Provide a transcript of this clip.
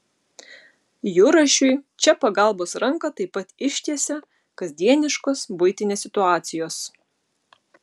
jurašiui čia pagalbos ranką taip pat ištiesia kasdieniškos buitinės situacijos